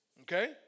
Okay